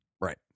right